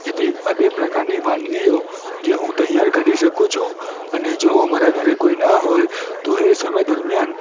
જેથી આ બે પ્રકારની વાનગીઓ જે હું તૈયાર કરી શકું છું અને જો મારા ઘરે કોઈ ના હોય તો એ સમય દરમ્યાન